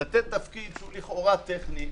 לתת תפקיד שהוא לכאורה טכני,